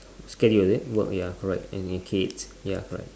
schedule is it work ya correct and your kids ya correct